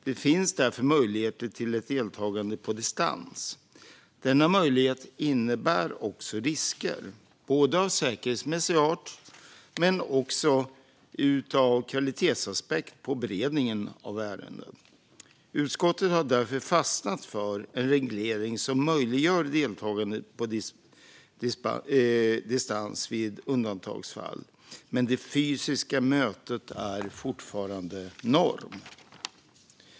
Det finns därför möjlighet till ett deltagande på distans. Denna möjlighet innebär också risker, både av säkerhetsmässig art och när det gäller kvalitetsaspekten i beredningen av ärenden. Utskottet har därför fastnat för en reglering som möjliggör deltagande på distans vid undantagsfall, men det fysiska mötet är fortfarande norm.